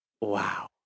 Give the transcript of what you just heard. Wow